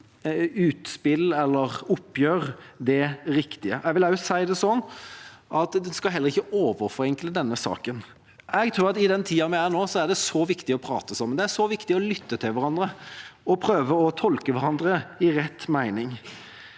utspill eller oppgjør det riktige. Jeg vil også si det sånn at en skal heller ikke overforenkle denne saken. Jeg tror at i den tida vi er i nå, er det så viktig å prate sammen, det er så viktig å lytte til hverandre og prøve å tolke hverandre i rett mening.